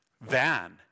van